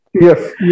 yes